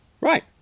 Right